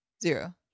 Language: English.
Zero